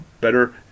better